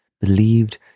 believed